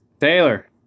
Taylor